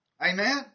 Amen